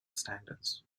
standards